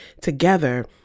together